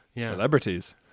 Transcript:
Celebrities